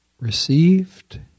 received